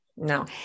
No